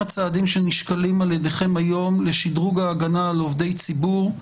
הצעדים שנשקלים על ידכם היום לשדרוג ההגנה על עובדי ציבור.